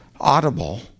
Audible